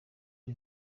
ari